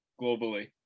globally